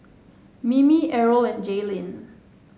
Mimi Errol and Jaylin